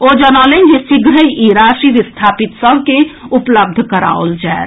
ओ जनौलनि जे शीघ्रहि ई राशि विस्थापित सभ के उपलब्ध कराओल जाएत